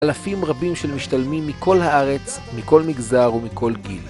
אלפים רבים של משתלמים מכל הארץ, מכל מגזר ומכל גיל.